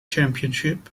championship